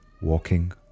walking